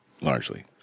largely